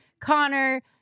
Connor